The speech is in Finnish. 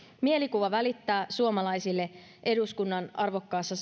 mielikuva välittää suomalaisille eduskunnan arvokkaasta